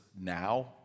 now